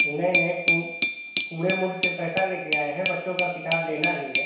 नहीं नहीं पु पूरे मूड से पैसा लेकर आए हैं बच्चों का किताब लेना ही है